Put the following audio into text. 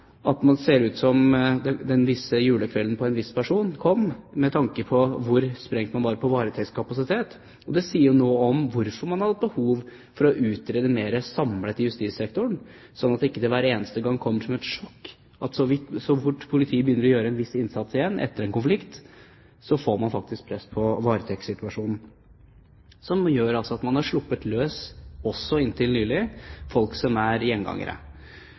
og man får inngått en avtale om å jobbe mer, at det ikke skulle komme mer saker til domstolene. Men problemet er jo at det ser ut som om julekvelden kom på en viss person med tanke på hvor sprengt varetektskapasiteten er. Det sier jo noe om hvorfor man har hatt behov for å utrede mer samlet i justissektoren, sånn at det ikke hver eneste gang kommer som et sjokk at så fort politiet begynner å gjøre en viss innsats igjen etter en konflikt, får man faktisk press på varetektssituasjonen, som gjør at man har sluppet løs – også inntil